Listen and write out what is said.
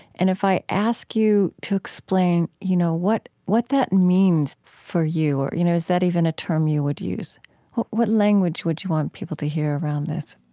and if i ask you to explain, you know, what what that means for you, or you know is that even a term you would use what what language would you want people to hear around this?